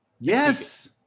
Yes